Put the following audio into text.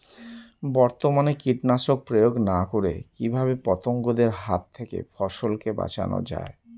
বর্তমানে কীটনাশক প্রয়োগ না করে কিভাবে পতঙ্গদের হাত থেকে ফসলকে বাঁচানো যায়?